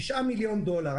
תשעה מיליון דולר.